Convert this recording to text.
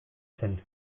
zen